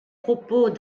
propos